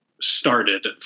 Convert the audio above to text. started